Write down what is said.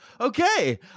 okay